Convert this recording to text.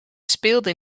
speelde